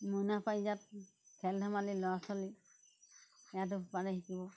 মইনা পাৰিজাত খেল ধেমালি ল'ৰা ছোৱালী ইয়াতো পাৰে শিকিব